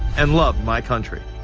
and loved my country.